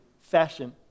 fashion